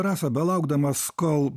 rasa belaukdamas kol